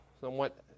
somewhat